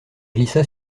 glissa